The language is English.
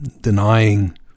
denying